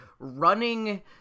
running